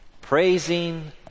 Praising